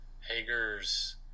Hager's